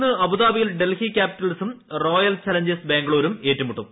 ഇന്ന് അബുദാബിയിൽ ഡൽഹി ക്യാപിറ്റൽസും റോയൽ ചലഞ്ചേഴ്സ് ബാംഗ്ലൂരും ഏറ്റുമുട്ടും